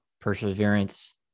Perseverance